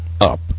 up